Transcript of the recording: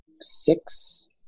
six